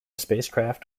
spacecraft